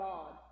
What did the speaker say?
God